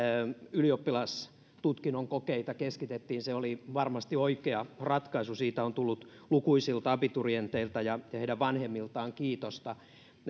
ylioppilastutkinnon kokeita keskitettiin se oli varmasti oikea ratkaisu siitä on tullut lukuisilta abiturienteilta ja heidän vanhemmiltaan kiitosta